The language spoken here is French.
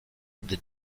des